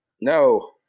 No